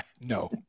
No